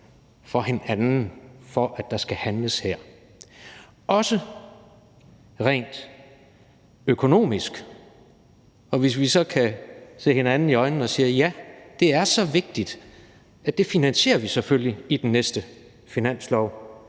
for hinanden, i forhold til at der skal handles her – også rent økonomisk. Og hvis vi så kan se hinanden i øjnene og sige, at ja, det er så vigtigt, så det finansierer vi selvfølgelig i den næste finanslov,